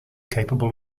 capable